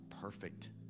perfect